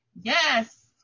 Yes